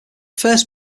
first